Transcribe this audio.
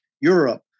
Europe